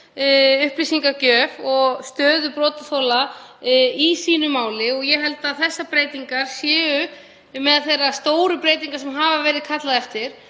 upplýsingagjöf og stöðu brotaþola í máli. Ég held að þessar breytingar séu meðal þeirra stóru breytinga sem hefur verið kallað eftir